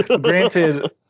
Granted